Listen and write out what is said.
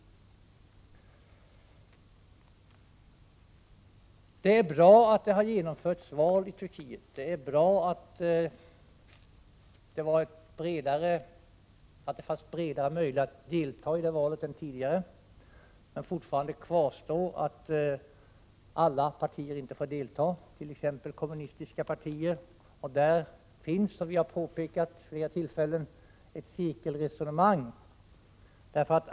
Det är bra att det har genomförts val i Turkiet, och det är bra att det fanns bredare möjligheter att delta i det valet än tidigare. Men alla partier har inte fått delta. Det gäller t.ex. kommunistiska partier. Där finns också, som vi har påpekat vid flera tillfällen, ett cirkelresonemang.